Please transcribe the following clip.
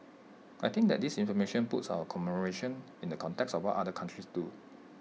I think that this information puts our commemoration in the context of what other countries do